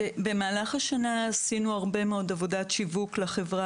במהלך השנה עשינו הרבה מאוד עבודת שיווק לחברה